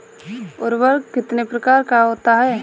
उर्वरक कितने प्रकार का होता है?